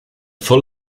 full